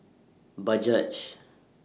Bajaj